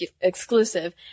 exclusive